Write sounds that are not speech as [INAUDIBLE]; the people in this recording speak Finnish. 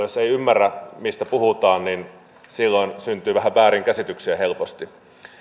[UNINTELLIGIBLE] jos kokonaisveroastekeskusteluissa ei ymmärrä mistä puhutaan niin silloin syntyy vähän väärinkäsityksiä helposti